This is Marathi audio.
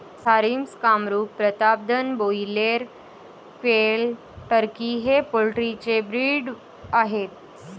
Jharsim, Kamrup, Pratapdhan, broiler, quail, turkey हे पोल्ट्री चे ब्रीड आहेत